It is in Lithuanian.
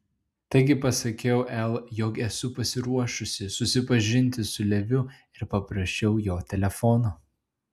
taigi pasakiau el jog esu pasiruošusi susipažinti su leviu ir paprašiau jo telefono